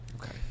Okay